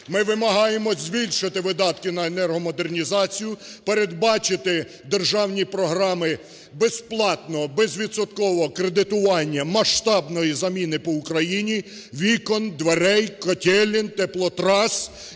Ми вимагаємо збільшити видатки наенергомодернізацію, передбачити державні програми безплатного, безвідсоткового кредитування, масштабної заміни по Україні вікон, дверей, котелень, теплотрас